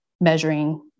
measuring